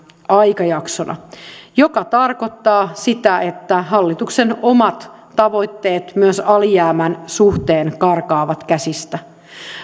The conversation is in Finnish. aikajaksona mikä tarkoittaa sitä että hallituksen omat tavoitteet myös alijäämän suhteen karkaavat käsistä